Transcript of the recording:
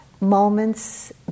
moments